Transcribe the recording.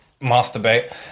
masturbate